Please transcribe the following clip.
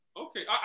okay